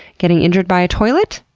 getting injured by a toilet?